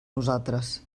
nosaltres